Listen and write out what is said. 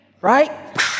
right